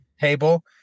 Table